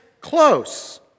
close